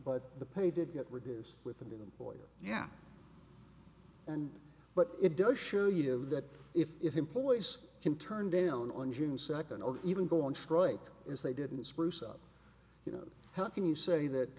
but the pay did get reduced within the boy yeah and but it does show you of that if employees can turn down on june second or even go on strike is they didn't spruce up you know how can you say that